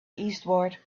eastward